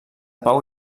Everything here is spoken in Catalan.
pau